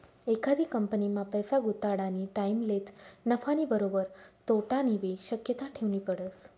एखादी कंपनीमा पैसा गुताडानी टाईमलेच नफानी बरोबर तोटानीबी शक्यता ठेवनी पडस